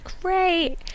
Great